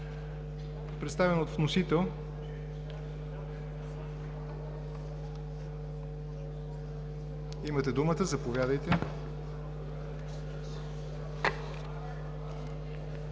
Представяне от вносител. Имате думата, заповядайте.